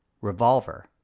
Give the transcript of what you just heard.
Revolver